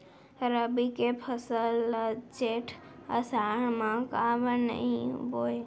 रबि के फसल ल जेठ आषाढ़ म काबर नही बोए?